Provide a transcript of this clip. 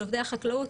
החקלאות,